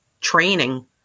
training